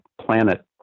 planet